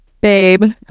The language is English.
babe